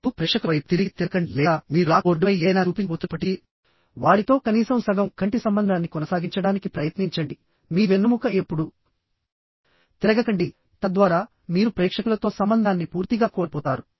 ఎప్పుడూ ప్రేక్షకుల వైపు తిరిగి తిరగకండి లేదా మీరు బ్లాక్ బోర్డుపై ఏదైనా చూపించబోతున్నప్పటికీ వారితో కనీసం సగం కంటి సంబంధాన్ని కొనసాగించడానికి ప్రయత్నించండి మీ వెన్నుముక ఎప్పుడూ తిరగకండి తద్వారా మీరు ప్రేక్షకులతో సంబంధాన్ని పూర్తిగా కోల్పోతారు